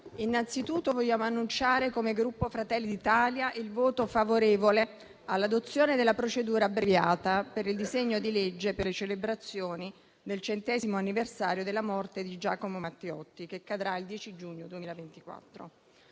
innanzitutto vogliamo annunciare, come Gruppo Fratelli d'Italia, il voto favorevole all'adozione della procedura abbreviata per il disegno di legge sulle celebrazioni del centesimo anniversario della morte di Giacomo Matteotti, che cadrà il 10 giugno 2024.